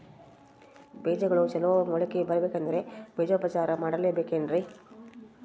ಬೇಜಗಳು ಚಲೋ ಮೊಳಕೆ ಬರಬೇಕಂದ್ರೆ ಬೇಜೋಪಚಾರ ಮಾಡಲೆಬೇಕೆನ್ರಿ?